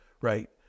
right